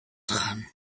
daran